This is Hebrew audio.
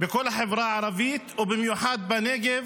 בכל החברה הערבית ובמיוחד בנגב.